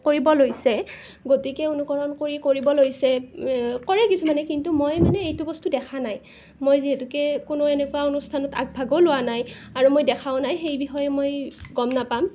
কৰিব লৈছে গতিকে অনুকৰণ কৰি কৰিব লৈছে কৰে কিছুমানে কিন্তু মই মানে এইটো বস্তু দেখা নাই মই যিহেতুকে কোনো এনেকুৱা অনুষ্ঠানত আগভাগো লোৱা নাই আৰু মই দেখাও নাই সেই বিষয়ে মই গম নাপাম